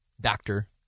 doctor